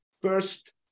first